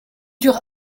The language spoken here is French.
dure